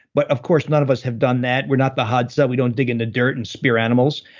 but of course none of us have done that. we're not the hadza. we don't dig into dirt and spear animals,